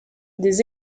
des